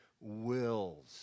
wills